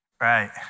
Right